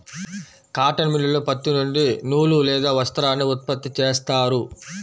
cotton మిల్లులో పత్తి నుండి నూలు లేదా వస్త్రాన్ని ఉత్పత్తి చేస్తారు